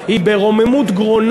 וכל מי שהדמוקרטיה היא ברוממות גרונם,